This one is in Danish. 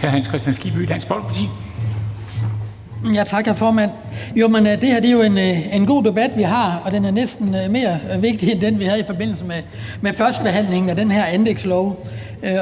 Det er jo en god debat, vi har, og den er næsten mere vigtig end den, vi havde i forbindelse med førstebehandlingen af det her anlægslovforslag,